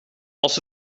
als